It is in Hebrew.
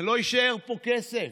לא יישאר פה כסף.